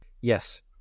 Yes